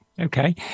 okay